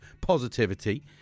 positivity